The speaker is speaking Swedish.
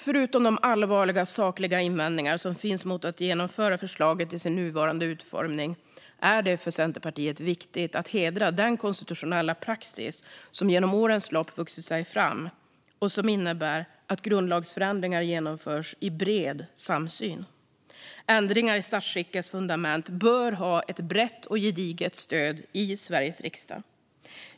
Förutom de allvarliga sakliga invändningar som finns mot att genomföra förslaget i sin nuvarande utformning är det för Centerpartiet viktigt att hedra den konstitutionella praxis som genom årens lopp vuxit fram och som innebär att grundlagsändringar genomförs i bred samsyn. Ändringar i statsskickets fundament bör ha ett brett och gediget stöd i Sveriges riksdag.